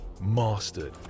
mastered